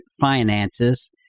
finances